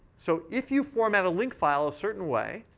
so if you format a link file a certain way,